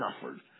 suffered